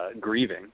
grieving